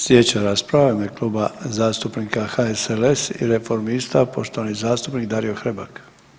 Sljedeća rasprava je u ime Kluba zastupnika HSLS-a i Reformista poštovani zastupnik Dario Hrebak.